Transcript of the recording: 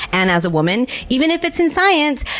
and as a woman, even if it's in science,